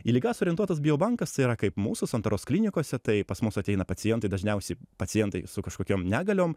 į ligas orientuotas bio bankas tai yra kaip mūsų santaros klinikose tai pas mus ateina pacientai dažniausiai pacientai su kažkokiom negaliom